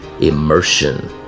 immersion